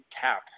cap